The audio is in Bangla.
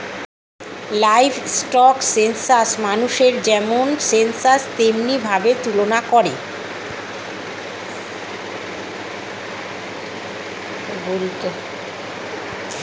লাইভস্টক সেনসাস মানুষের যেমন সেনসাস তেমনি ভাবে তুলনা করে